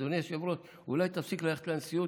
אדוני היושב-ראש: אולי תפסיק ללכת לנשיאות,